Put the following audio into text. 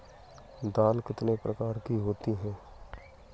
दाल कितने प्रकार की होती है?